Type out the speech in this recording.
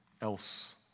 else